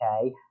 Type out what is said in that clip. okay